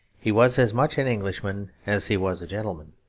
he was as much an englishman as he was a gentleman,